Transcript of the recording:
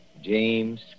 James